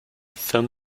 film